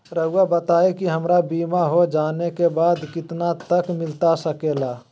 रहुआ बताइए कि हमारा बीमा हो जाने के बाद कितना तक मिलता सके ला?